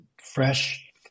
fresh